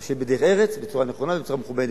אבל שתהיה בדרך ארץ, בצורה נכונה ובצורה מכובדת.